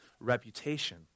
reputation